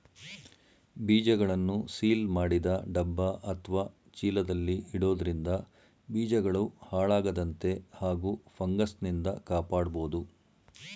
ಬೀಜಗಳನ್ನು ಸೀಲ್ ಮಾಡಿದ ಡಬ್ಬ ಅತ್ವ ಚೀಲದಲ್ಲಿ ಇಡೋದ್ರಿಂದ ಬೀಜಗಳು ಹಾಳಾಗದಂತೆ ಹಾಗೂ ಫಂಗಸ್ನಿಂದ ಕಾಪಾಡ್ಬೋದು